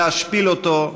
להשפיל אותו,